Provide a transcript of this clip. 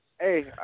Hey